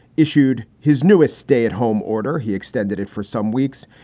issued his newest stay at home order, he extended it for some weeks.